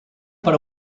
per